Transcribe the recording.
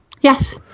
Yes